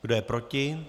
Kdo je proti?